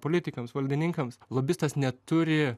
politikams valdininkams lobistas neturi